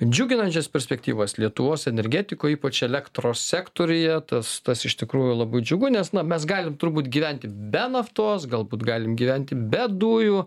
džiuginančias perspektyvas lietuvos energetikoj ypač elektros sektoriuje tas tas iš tikrųjų labai džiugu nes na mes galim turbūt gyventi be naftos galbūt galim gyventi be dujų